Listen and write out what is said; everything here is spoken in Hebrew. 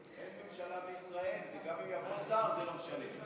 אין ממשלה בישראל וגם אם יבוא שר זה לא משנה.